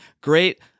great